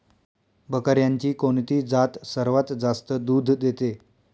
बकऱ्यांची कोणती जात सर्वात जास्त दूध देते?